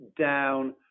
down